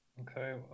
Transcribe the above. Okay